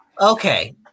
Okay